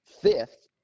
fifth